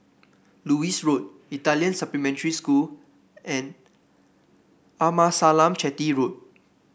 Lewis Road Italian Supplementary School and Amasalam Chetty Road